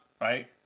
Right